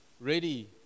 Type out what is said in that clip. ready